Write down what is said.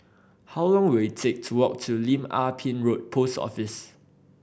how long will it take to walk to Lim Ah Pin Road Post Office